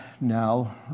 now